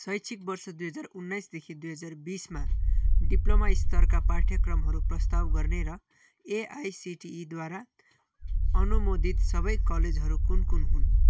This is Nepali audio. शैक्षिक वर्ष दुई हजार उन्नाइसदेखि दुई हजार बिसमा डिप्लोमा स्तरका पाठ्यक्रमहरू प्रस्ताव गर्ने र एआइसिटिइद्वारा अनुमोदित सबै कलेजहरू कुन कुन हुन्